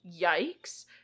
Yikes